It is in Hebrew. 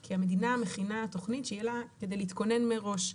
כי המדינה מכינה תוכנית שיהיה לה כדי להתכונן מראש.